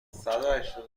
بود